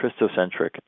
Christocentric